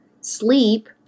sleep